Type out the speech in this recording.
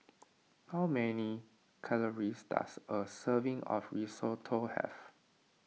how many calories does a serving of Risotto have